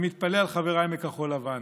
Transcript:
אני מתפלא על חבריי מכחול לבן.